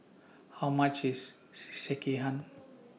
How much IS Sekihan